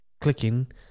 clicking